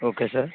okay sir